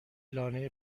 لانه